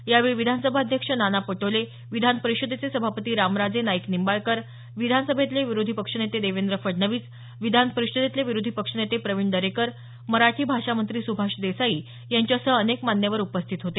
यावेळी विधानसभाध्यक्ष नाना पटोले विधान परिषदेचे सभापती रामराजे नाईक निंबाळकर विधानसभेतले विरोधी पक्षनेते देवेंद्र फडणवीस विधान परिषदेतले विरोधी पक्षनेते प्रवीण दरेकर मराठी भाषा मंत्री सुभाष देसाई यांच्यासह अनेक मान्यवर उपस्थित होते